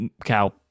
cow